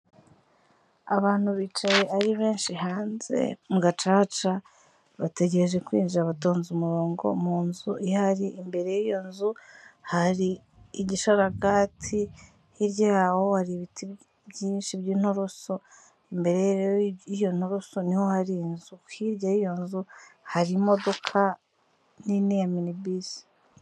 Abantu bicaye ari benshi hanze mu gacaca, bategereje kwinjira batonze umurongo mu nzu ihari, imbere y'iyo nzu hari igisharagati, hirya yaho hari ibiti byinshi by'inturusu, imbere rero y'iyo nturusu ni ho hari inzu, hirya y'iyo nzu hari imodoka nini ya minibisi.